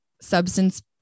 substance